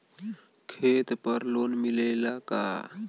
खेत पर लोन मिलेला का?